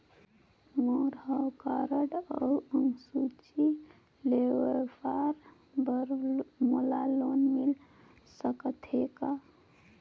मोर हव कारड अउ अंक सूची ले व्यवसाय बर मोला लोन मिल सकत हे का?